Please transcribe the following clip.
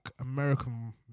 American